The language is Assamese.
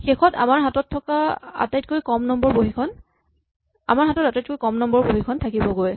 শেষত আমাৰ হাতত আটাইতকৈ কম নম্বৰ ৰ বহীখন থাকিবগৈ